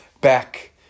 back